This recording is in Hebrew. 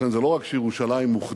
זה לא רק שירושלים אוחדה,